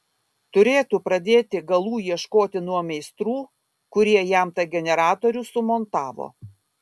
turėtų pradėti galų ieškoti nuo meistrų kurie jam tą generatorių sumontavo